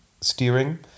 steering